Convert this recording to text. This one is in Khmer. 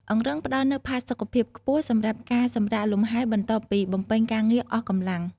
អង្រឹងផ្តល់នូវផាសុកភាពខ្ពស់សម្រាប់ការសម្រាកលំហែបន្ទាប់ពីបំពេញការងារអស់កម្លាំង។